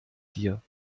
dir